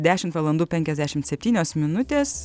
dešimt valandų penkiasdešimt septynios minutės